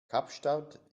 kapstadt